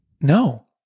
no